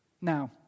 Now